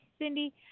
Cindy